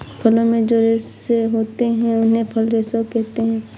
फलों में जो रेशे होते हैं उन्हें फल रेशे कहते है